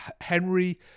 Henry